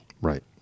Right